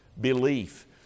belief